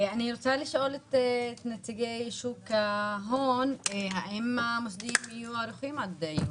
אני רוצה לשאול את נציגי שוק ההון האם המוסדיים יהיו ערוכים עד יולי?